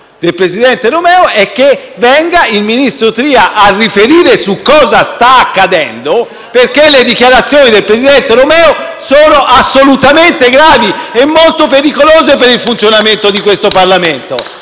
del presidente Romeo, è che venga il ministro Tria a riferire su cosa sta accadendo, perché le dichiarazioni del presidente Romeo sono assolutamente gravi e molto pericolose per il funzionamento di questo Parlamento.